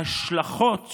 ההשלכות